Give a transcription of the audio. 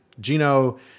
Gino